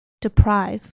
deprive